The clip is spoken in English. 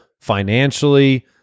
financially